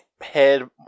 head